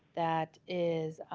that is